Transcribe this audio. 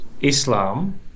Islam